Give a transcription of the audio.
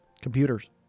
computers